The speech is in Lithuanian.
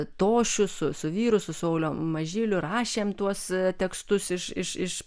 tošių su su vyru su saulium mažyliu rašėm tuos tekstus iš iš iš